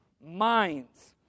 minds